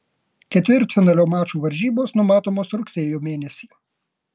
ketvirtfinalio mačų varžybos numatomos rugsėjo mėnesį